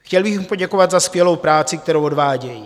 Chtěl bych jim poděkovat za skvělou práci, kterou odvádějí.